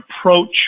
approach